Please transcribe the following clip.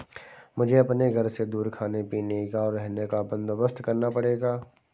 मुझे अपने घर से दूर खाने पीने का, और रहने का बंदोबस्त करना पड़ेगा